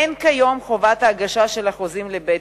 אין היום חובת הגשה של החוזים לבית-הדין.